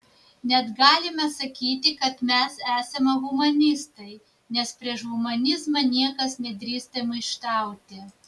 net galime sakyti kad mes esame humanistai nes prieš humanizmą niekas nedrįsta maištauti